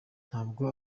ntabwo